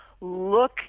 look